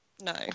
No